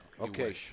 Okay